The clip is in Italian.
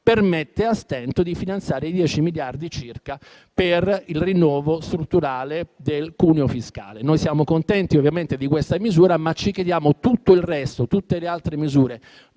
permette a stento di finanziare i dieci miliardi circa per il rinnovo strutturale del cuneo fiscale. Noi siamo contenti, ovviamente, di questa misura, ma ci chiediamo dove trovino un finanziamento tutte le altre misure.